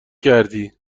کردی